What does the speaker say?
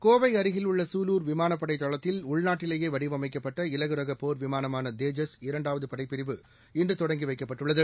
கோவை அருகில் உள்ள சூலூர் விமானப்படை தளத்தில் உள்நாட்டிலேயே வடிவமைக்கப்பட்ட இலகுரக போா் விமானமான தேஜஸ் இரண்டாவது படைப்பிரிவு இன்று தொடங்கி வைக்கப்பட்டுள்ளது